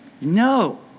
No